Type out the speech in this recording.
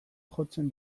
jotzen